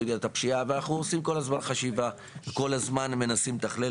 אנחנו עושים כל הזמן חשיבה ומנסים לתכלל